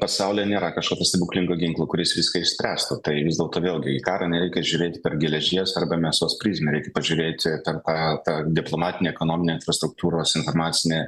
pasaulyje nėra kažkokio stebuklingo ginklo kuris viską išspręstų tai vis dėlto vėlgi į karą nereikia žiūrėti per geležies arba mėsos prizmę reikia pažiūrėti per tą tą diplomatinę ekonominę infrastruktūros informacinę